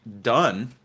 done